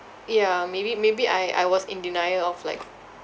ya maybe maybe I I was in denial of like